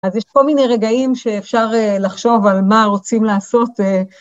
אז יש כל מיני רגעים שאפשר לחשוב על מה רוצים לעשות.